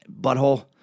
butthole